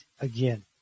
again